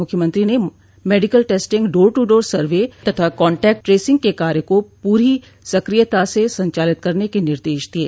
मुख्यमंत्री ने medical testing door to door survey तथा कांटैक्ट ट्रेसिंग के कार्य को पूरी सक्रियता से संचालित करने के निर्देश दिये